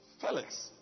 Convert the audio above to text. Felix